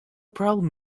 problem